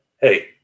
hey